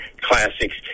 classics